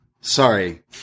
Sorry